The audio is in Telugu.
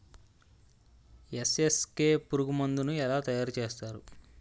ఎన్.ఎస్.కె పురుగు మందు ను ఎలా తయారు చేస్తారు?